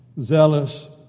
zealous